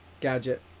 Gadget